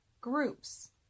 groups